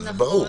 ברור.